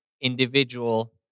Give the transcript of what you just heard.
individual